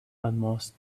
almost